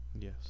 Yes